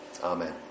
Amen